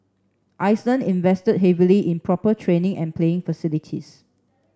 Iceland invested heavily in proper training and playing facilities